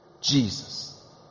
Jesus